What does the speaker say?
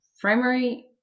primary